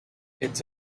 it’s